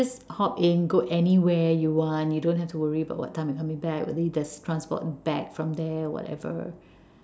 it's just hop in go anywhere you want you don't have to worry about what time you're coming back whether there's transport back from there whatever